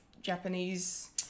Japanese